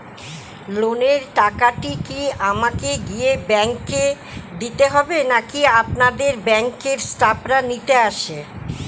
লোনের টাকাটি কি আমাকে গিয়ে ব্যাংক এ দিতে হবে নাকি আপনাদের ব্যাংক এর স্টাফরা নিতে আসে?